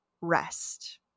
rest